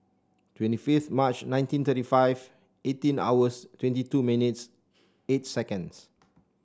twenty fifth March nineteen thirty five eighteen hours twenty two minutes eight seconds